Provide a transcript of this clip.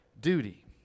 duty